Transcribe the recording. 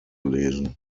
lesen